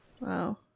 Wow